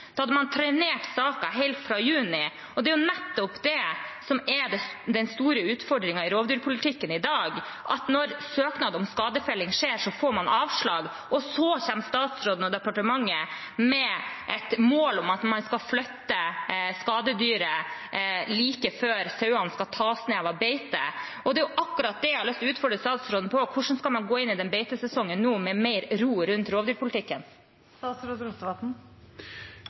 Da hadde man trenert saken helt fra juni. Det er nettopp det som er den store utfordringen i rovdyrpolitikken i dag – at når søknad om skadefelling skjer, får man avslag, og så kommer statsråden og departementet med et mål om at man skal flytte skadedyret like før sauene skal tas inn fra beite. Det er akkurat det jeg vil utfordre statsråden på: Hvordan skal man gå inn i beitesesongen nå med mer ro rundt